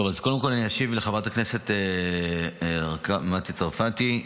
קודם כול, אני אשיב לחברת הכנסת מטי צרפתי.